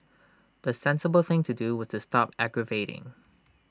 the sensible thing to do was to stop aggravating